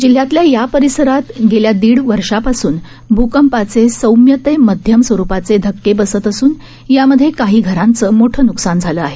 जिल्ह्यातल्या या परिसरात गेल्या दीड वर्षापासून भूकंपाचे सौम्य ते मध्यम स्वरूपाचे धक्के बसत असून यामधे काही घरांचं मोठं न्कसान झालं आहे